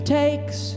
takes